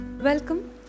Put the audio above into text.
Welcome